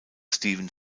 steven